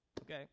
Okay